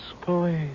Police